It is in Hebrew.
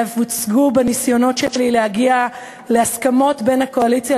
ואף הוצגו בניסיונות שלי להגיע להסכמות בין הקואליציה